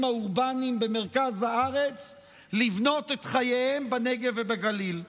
האורבניים במרכז הארץ לבנות את חייהם בנגב ובגליל.